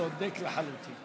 אתה צודק לחלוטין.